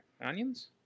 onions